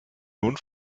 nun